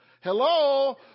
Hello